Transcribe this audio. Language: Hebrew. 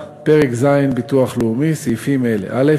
פרק ז', ביטוח לאומי, סעיפים אלה: א.